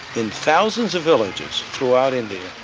in thousands of villages throughout india,